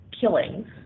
killings